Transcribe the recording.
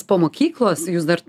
po mokyklos jūs dar